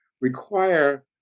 require